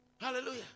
Hallelujah